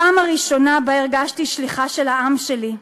הפעם הראשונה שבה הרגשתי שליחה של העם שלי,